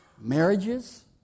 marriages